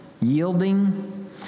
yielding